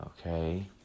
Okay